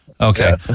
Okay